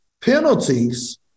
penalties